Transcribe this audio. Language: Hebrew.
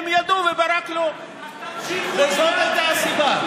הם ידעו וברק לא, וזאת הייתה הסיבה.